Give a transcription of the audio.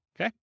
Okay